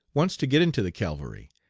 wants to get into the cavalry,